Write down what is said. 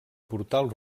portal